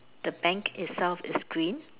the bank itself is green